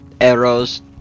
Arrows